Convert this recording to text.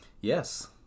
Yes